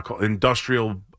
Industrial